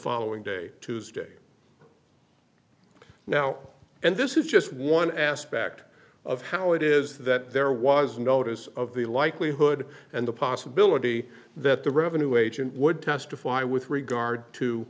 following day tuesday now and this is just one aspect of how it is that there was notice of the likelihood and the possibility that the revenue agent would testify with regard to